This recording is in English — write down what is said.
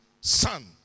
Son